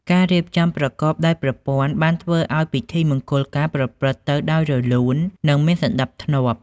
ការរៀបចំប្រកបដោយប្រព័ន្ធបានធ្វើឱ្យពិធីមង្គលការប្រព្រឹត្តទៅដោយរលូននិងមានសណ្តាប់ធ្នាប់។